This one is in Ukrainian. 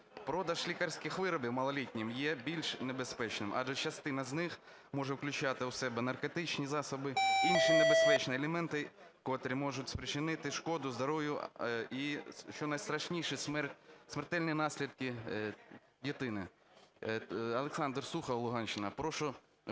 Продаж лікарських виробів малолітнім є більш небезпечним, адже частина з них може включати в себе наркотичні засоби, інші небезпечні елементи, котрі можуть спричинити шкоду здоров'ю і, що найстрашніше, смертельні наслідки дитині. Олександр Сухов, Луганщина. Прошу